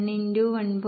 1 x 1